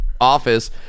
office